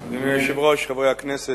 היושב-ראש, חברי הכנסת,